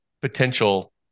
potential